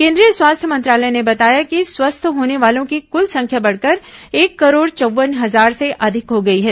केंद्रीय स्वास्थ्य मंत्रालय ने बताया कि स्वस्थ होने वालों की कुल संख्या बढ़कर एक करोड चौव्वन हजार से अधिक हो गई है